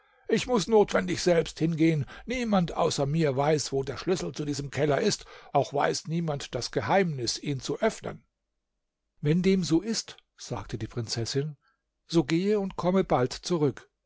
ich muß notwendig selbst hingehen niemand außer mir weiß wo der schlüssel zu diesem keller ist auch weiß niemand das geheimnis ihn zu öffnen wenn dem so ist sagte die prinzessin so gehe und komm bald zurück